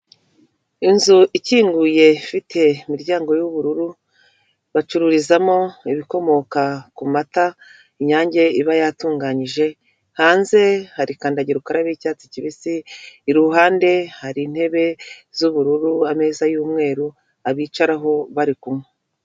Inzu ikinguye ifite imiryango y'ubururu bacururizamo ibikomoka ku mata inyange iba yatunganyije, hanze hari kandagirakarabe y'icyatsi kibisi, iruhande hari intebe z'ubururu ameza y'umweru bicaraho barikunywa.